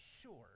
sure